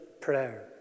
prayer